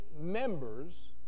members